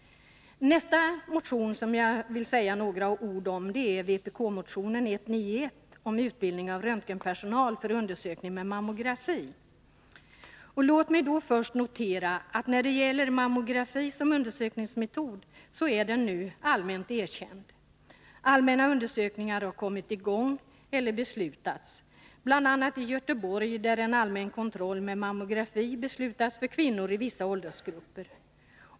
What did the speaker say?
Nästa motion som jag vill säga några ord om är vpk-motionen 191 om utbildning av röntgenpersonal för undersökning med mammografi. Låt mig börja med att notera att mammografi som undersökningsmetod nu är allmänt erkänd. Allmänna undersökningar har kommit i gång eller beslutats bl.a. i Göteborg, där en allmän kontroll med mammografi har beslutats för kvinnor i vissa åldersgrupper.